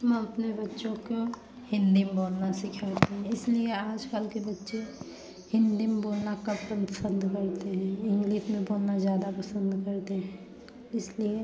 हम अपने बच्चों को हिन्दी में बोलना सिखाते हैं इसलिए आजकल के बच्चे हिन्दी में बोलना कम पसंद करते हैं इंग्लिस में बोलना ज़्यादा पसंद करते हैं इसलिए